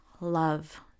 love